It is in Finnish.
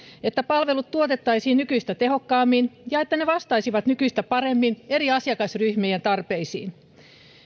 että palvelut tuotettaisiin nykyistä tehokkaammin ja että ne vastaisivat nykyistä paremmin eri asiakasryhmien tarpeisiin